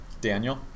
Daniel